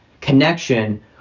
connection